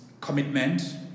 commitment